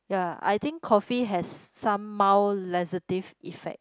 ya I think coffee has some mild laxative effect